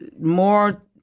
more